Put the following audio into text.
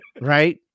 right